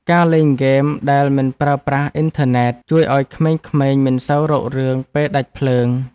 ការលេងហ្គេមដែលមិនប្រើប្រាស់អ៊ីនធឺណិត ជួយឱ្យក្មេងៗមិនសូវរករឿងពេលដាច់ភ្លើង។